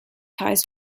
ties